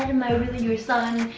am i really your son?